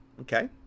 Okay